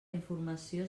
informació